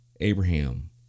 Abraham